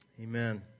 Amen